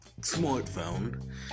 smartphone